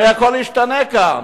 הרי הכול ישתנה כאן.